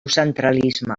centralisme